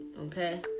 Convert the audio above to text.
Okay